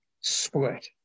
split